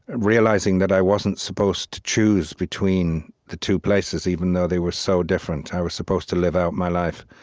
and realizing that i wasn't supposed to choose between the two places, even though they were so different. i was supposed to live out my life.